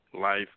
life